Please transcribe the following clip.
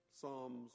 Psalms